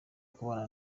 kubana